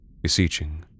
beseeching